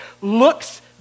looks